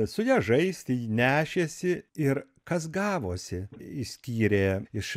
su ja žaisti nešėsi ir kas gavosi išskyrė iš